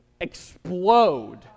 explode